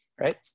right